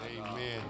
Amen